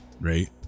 right